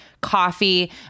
coffee